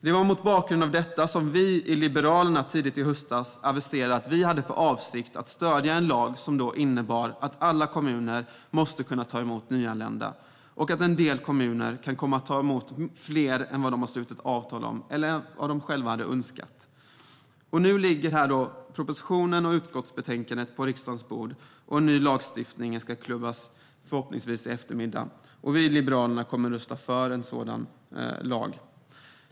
Det var mot den bakgrunden vi i Liberalerna tidigt i höstas aviserade att vi hade för avsikt att stödja en lag som innebar att alla kommuner måste ta emot nyanlända och att en del kommuner skulle behöva ta emot fler än de slutit avtal om eller fler än de själva hade önskat. Nu ligger propositionen och utskottsbetänkandet på riksdagens bord, och en ny lagstiftning ska förhoppningsvis klubbas i eftermiddag. Vi i Liberalerna kommer att rösta för en sådan lag.